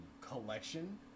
collection